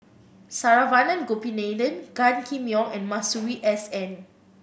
Saravanan Gopinathan Gan Kim Yong and Masuri S N